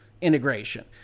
integration